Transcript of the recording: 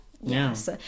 yes